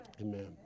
Amen